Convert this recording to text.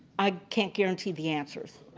i can't guarantee the answers.